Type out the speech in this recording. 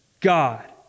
God